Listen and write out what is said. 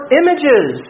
images